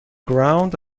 ground